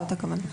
זאת הכוונה.